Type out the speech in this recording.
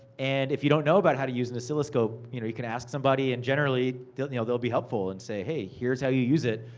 and if you don't know about how to use an oscilloscope, you know you can ask somebody. and generally, they'll they'll be helpful and say, hey, here's how you use it.